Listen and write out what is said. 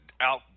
out